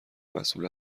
مسئول